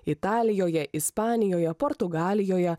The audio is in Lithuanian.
italijoje ispanijoje portugalijoje